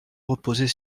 reposer